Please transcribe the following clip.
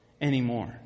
anymore